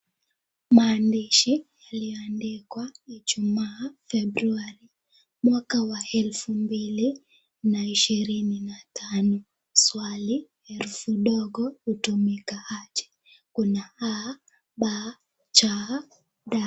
Maandishi yaliyoandikwa Ijumaa Februari mwaka wa elfu mbili na ishirini na tano. Swali herufi ndogo hutumika aje. Kuna a b c d.